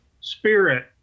spirit